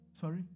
Sorry